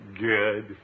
Good